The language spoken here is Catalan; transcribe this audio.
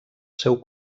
seu